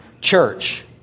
Church